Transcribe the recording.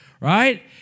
right